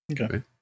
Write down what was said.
Okay